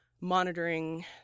monitoring